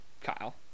Kyle